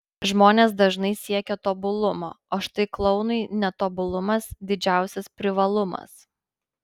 žmonės dažnai siekia tobulumo o štai klounui netobulumas didžiausias privalumas